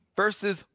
versus